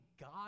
God